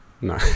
No